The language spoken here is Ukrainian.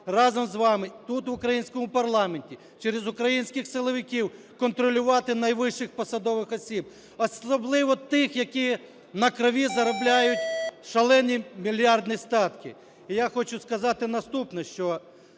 разом з вами тут, в українському парламенті, через українських силовиків контролювати найвищих посадових осіб, особливо тих, які на крові заробляють шалені, мільярдні статки. І я хочу сказати наступне, що